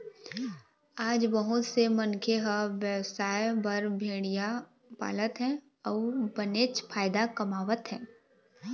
आज बहुत से मनखे ह बेवसाय बर भेड़िया पालत हे अउ बनेच फायदा कमावत हे